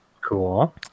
Cool